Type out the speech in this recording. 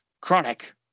Chronic